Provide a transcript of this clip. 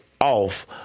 off